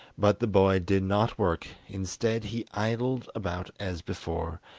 but the boy did not work instead, he idled about as before,